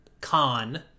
con